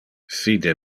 fide